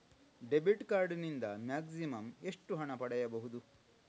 Debit card ನಿಂದ maximum ಎಷ್ಟು ಹಣ ಪಡೆಯಬಹುದು?